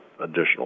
additional